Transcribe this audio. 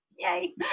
Yay